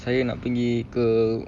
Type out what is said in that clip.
saya nak pergi ke